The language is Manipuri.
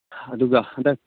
ꯑꯗꯨꯒ ꯍꯟꯗꯛ